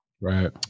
right